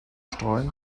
streuen